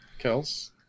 Kels